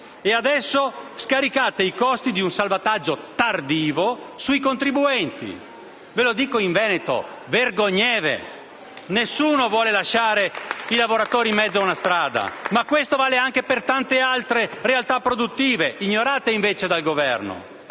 e adesso scaricate i costi di un salvataggio tardivo sui contribuenti. Ve lo dico in Veneto: *vergogneve*! *(Applausi dal Gruppo M5S)*. Nessuno vuole lasciare i lavoratori in mezzo a una strada, ma questo vale anche per tante altre realtà produttive ignorate invece dal Governo.